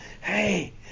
hey